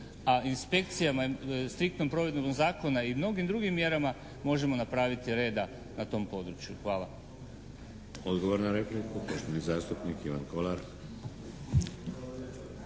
šansa a striktnom provedbom zakona i mnogim drugim mjerama možemo napraviti reda na tom području. Hvala. **Šeks, Vladimir (HDZ)** Odgovor na repliku, poštovani zastupnik Ivan Kolar.